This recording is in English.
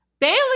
bailey